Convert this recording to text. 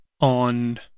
on